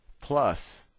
plus